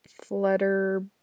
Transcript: flutter